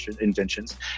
inventions